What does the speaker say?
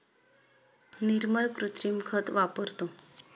निर्मल कृत्रिम खत वापरतो